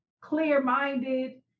clear-minded